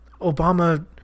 Obama –